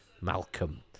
Malcolm